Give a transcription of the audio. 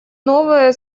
новые